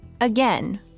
Again